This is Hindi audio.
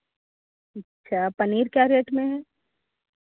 अच्छा पनीर क्या रेट में है